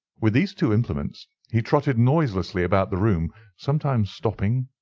with these two implements he trotted noiselessly about the room, sometimes stopping,